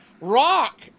rock